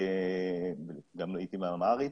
וגם לעתים באמהרית.